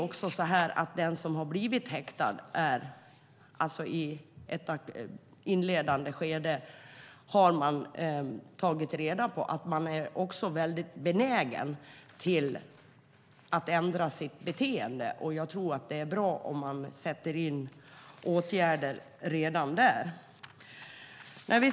Man vet att i ett inledande skede är den som blivit häktad mycket benägen att ändra sitt beteende. Därför är det bra att sätta in åtgärder redan där.